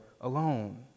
alone